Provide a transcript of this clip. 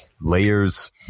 layers